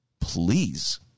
Please